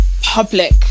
public